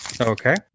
Okay